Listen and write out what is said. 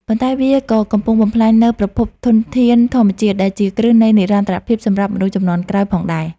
ប៉ុន្តែវាក៏កំពុងបំផ្លាញនូវប្រភពធនធានធម្មជាតិដែលជាគ្រឹះនៃនិរន្តរភាពសម្រាប់មនុស្សជំនាន់ក្រោយផងដែរ។